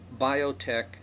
biotech